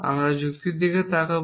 আমরা যুক্তির দিকে তাকাব